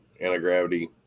anti-gravity